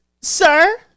sir